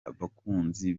abakunzi